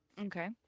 Okay